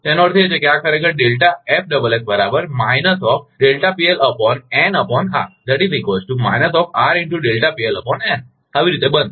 એનો અર્થ એ કે આ ખરેખર બનશે